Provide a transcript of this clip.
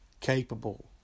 capable